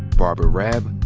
barbara raab,